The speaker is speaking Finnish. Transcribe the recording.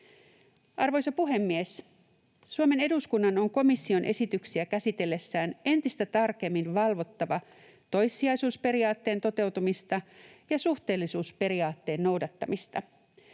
Arvoisa puhemies! Suomen eduskunnan on komission esityksiä käsitellessään entistä tarkemmin valvottava toissijaisuusperiaatteen toteutumista ja suhteellisuusperiaatteen noudattamista.